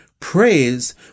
Praise